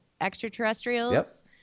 extraterrestrials